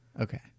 Okay